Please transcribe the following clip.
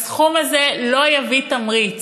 הסכום הזה לא יביא תמריץ.